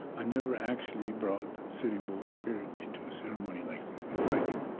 i never actually brought sitting bull's spirit into a ceremony like this, invite him.